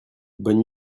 bonne